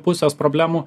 pusės problemų